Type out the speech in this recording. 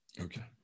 Okay